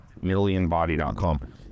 Millionbody.com